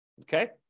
Okay